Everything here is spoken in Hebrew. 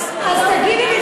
אז תגידי לי,